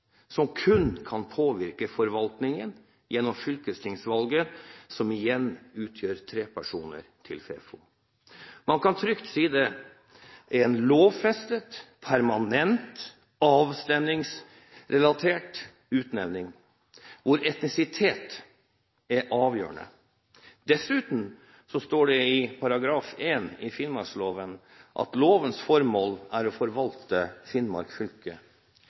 som kun kan påvirke forvaltningen gjennom fylkestingsvalget, og som igjen utgjør tre personer i FeFo. Man kan trygt si at det er en lovfestet, permanent, avstamningsrelatert utnevning, hvor etnisitet er avgjørende. Dessuten står det i § 1 i finnmarksloven at lovens formål er å forvalte Finnmark fylke,